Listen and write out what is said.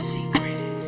Secret